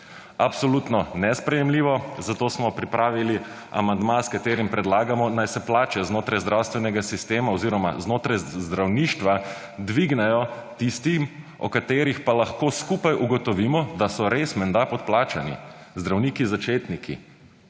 Absolutno nesprejemljivo, zato smo pripravili amandma, s katerim predlagamo naj se plače znotraj zdravstvenega sistema oziroma znotraj zdravništva dvignejo tistim, o katerih pa lahko skupaj ugotovimo, da so res menda podplačani zdravniki začetniki